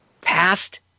past